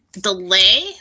delay